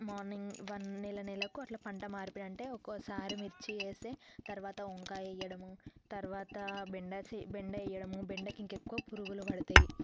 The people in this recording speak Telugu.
మార్నింగ్ వన్ నెల నెలకు అలా పంట మారిపోయి అంటే ఒక్కోసారి మిర్చి వేసేది తరువాత వంకాయ వేయడము తరువాత బెండాస్ బెండ వేయడము బెండకి ఇంకా ఎక్కువ పురుగులు పడతాయి